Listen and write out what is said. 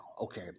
Okay